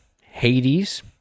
Hades